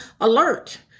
alert